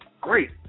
Great